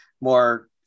more